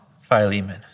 Philemon